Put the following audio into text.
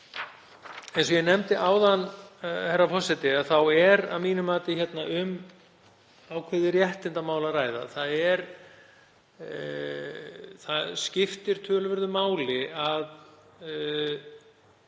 Eins og ég nefndi áðan, herra forseti, er að mínu mati um ákveðið réttindamál að ræða. Það skiptir töluverðu máli að